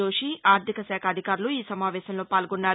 జోషి ఆర్గిక శాఖ అధికారులు ఈ సమావేశంలో పాల్గొన్నారు